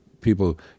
people